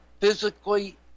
physically